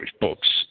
books